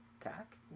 attack